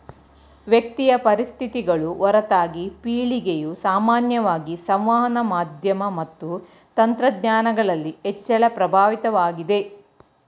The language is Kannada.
ವ್ಯಕ್ತಿಯ ಪರಿಸ್ಥಿತಿಗಳು ಹೊರತಾಗಿ ಪೀಳಿಗೆಯು ಸಾಮಾನ್ಯವಾಗಿ ಸಂವಹನ ಮಾಧ್ಯಮ ಮತ್ತು ತಂತ್ರಜ್ಞಾನಗಳಲ್ಲಿ ಹೆಚ್ಚಳ ಪ್ರಭಾವಿತವಾಗಿದೆ